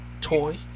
toy